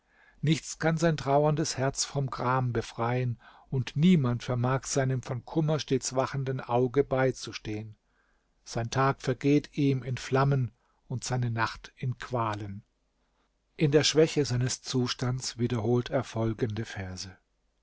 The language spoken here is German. nichts kann sein trauerndes herz vom gram befreien und niemand vermag seinem von kummer stets wachenden auge beizustehen sein tag vergeht ihm in flammen und seine nacht in qualen in der schwäche seines zustands wiederholt er folgende verse